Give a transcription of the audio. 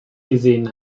gesehen